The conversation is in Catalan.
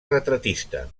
retratista